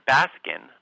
Baskin